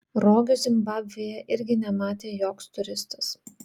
rogių zimbabvėje irgi nematė joks turistas